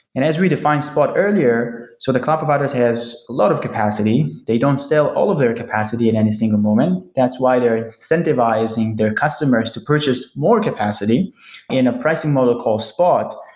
and as we defined spot earlier, so the cloud provider has a lot of capacity. they don't sell all of their capacity in any single moment. that's why they're incentivizing their customers to purchase more capacity in a pricing model called spot.